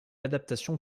adaptation